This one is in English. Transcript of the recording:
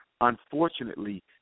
unfortunately